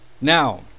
Now